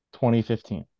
2015